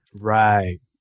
Right